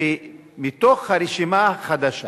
שמהרשימה החדשה